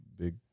big